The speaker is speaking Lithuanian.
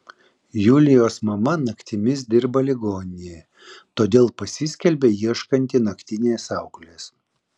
julijos mama naktimis dirba ligoninėje todėl pasiskelbia ieškanti naktinės auklės